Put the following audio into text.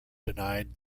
denied